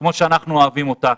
כמו שאנחנו אוהבים אותה.